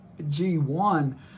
G1